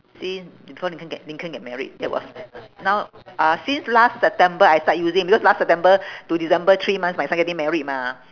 since before lincoln get lincoln get married that was now ah since last september I start using because last september to december three months my son getting married mah